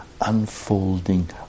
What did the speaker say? unfolding